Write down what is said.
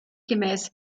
gemäß